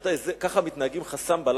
רבותי, ככה מתנהגים חסמב"ה.